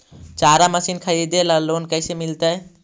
चारा मशिन खरीदे ल लोन कैसे मिलतै?